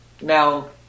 now